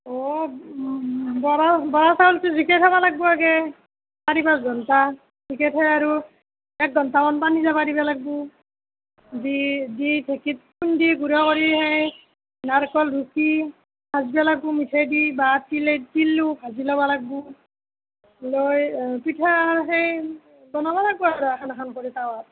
অঁ বৰা বৰা চাউলটো জিকাই থ'ব লাগিব আগে চাৰি পাঁচ ঘণ্টা জিকাই থৈ আৰু এক ঘণ্টামান পানী যাব দিব লাগিব দি দি ঢেঁকীত খুন্দি গুড়া কৰি সেই নাৰিকল ৰুকি সানিব লাগিব মিঠৈ দি বা তিলে তিলো ভাজি ল'ব লাগিব লৈ পিঠা সেই বনাব লাগিব আৰু এখন এখন কৰি টাৱাত